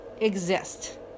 exist